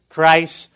Christ